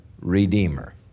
redeemer